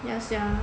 ya sia